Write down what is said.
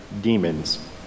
demons